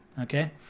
okay